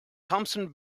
thompson